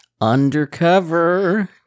undercover